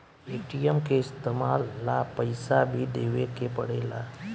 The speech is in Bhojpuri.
ए.टी.एम के इस्तमाल ला पइसा भी देवे के पड़ेला